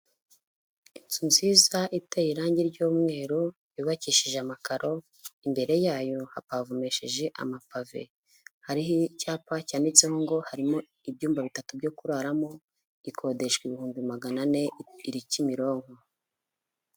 Inzu nziza iteye irangi ry'umweru, yubakishije amakaro, imbere yayo ha bavumesheje amapave, hariho icyapa cyanitseho ngo harimo ibyumba bitatu byo kuraramo, ikodeshwa ibihumbi magana ane iri Kimironko.